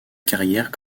carrière